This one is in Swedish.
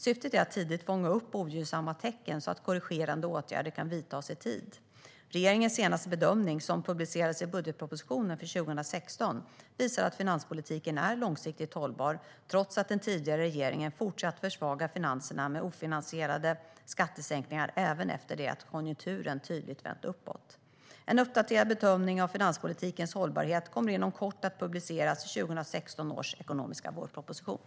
Syftet är att tidigt fånga upp ogynnsamma tecken så att korrigerande åtgärder kan vidtas i tid. Regeringens senaste bedömning, som publicerades i budgetpropositionen för 2016, visade att finanspolitiken är långsiktigt hållbar, trots att den tidigare regeringen fortsatte att försvaga finanserna med ofinansierade skattesänkningar även efter det att konjunkturen tydligt vänt uppåt. En uppdaterad bedömning av finanspolitikens hållbarhet kommer inom kort att publiceras i 2016 års ekonomiska vårproposition.